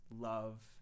love